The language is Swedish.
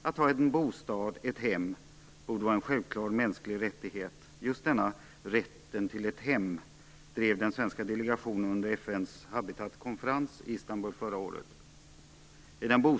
Att ha en bostad, ett hem, borde vara en självklar mänsklig rättighet. Just denna rätt till ett hem drev den svenska delegationen under FN:s Habitatkonferens i Istanbul förra året.